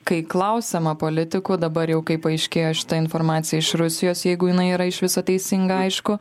kai klausiama politikų dabar jau kaip paaiškėjo šita informacija iš rusijos jeigu jinai yra iš viso teisinga aišku